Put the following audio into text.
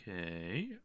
okay